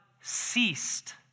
ceased